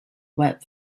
wet